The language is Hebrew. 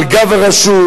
על גב הרשות,